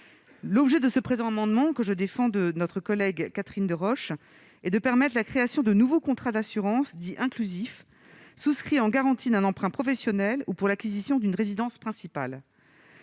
L'objet de cet amendement, déposé par notre collègue Catherine Deroche, est de permettre la création de nouveaux contrats d'assurance dits « inclusifs », souscrits en garantie d'un emprunt professionnel ou pour l'acquisition d'une résidence principale.